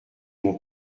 mon